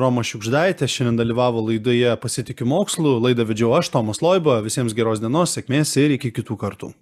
roma šiugždaite šiandien dalyvavo laidoje pasitikiu mokslu laidą vedžiau aš tomas loiba visiems geros dienos sėkmės ir iki kitų kartų